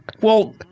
Well-